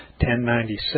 1096